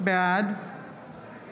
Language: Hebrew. בעד